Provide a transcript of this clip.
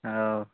ओ